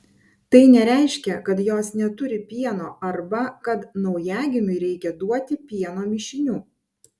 tai nereiškia kad jos neturi pieno arba kad naujagimiui reikia duoti pieno mišinių